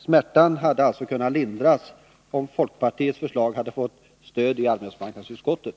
Smärtan hade alltså kunnat lindras, om folkpartiets förslag hade fått stöd i arbetsmarknadsutskottet.